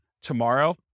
tomorrow